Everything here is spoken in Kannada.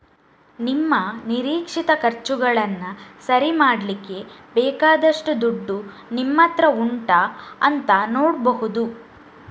ನಿಮ್ಮ ನಿರೀಕ್ಷಿತ ಖರ್ಚುಗಳನ್ನ ಸರಿ ಮಾಡ್ಲಿಕ್ಕೆ ಬೇಕಾದಷ್ಟು ದುಡ್ಡು ನಿಮ್ಮತ್ರ ಉಂಟಾ ಅಂತ ನೋಡ್ಬಹುದು